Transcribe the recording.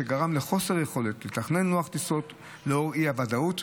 שגרם לחוסר יכולת לתכנן לוח טיסות לנוכח האי-ודאות,